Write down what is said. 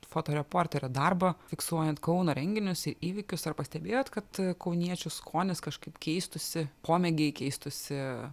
fotoreporterio darbo fiksuojant kauno renginius įvykius ar pastebėjot kad kauniečių skonis kažkaip keistųsi pomėgiai keistųsi